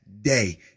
day